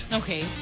okay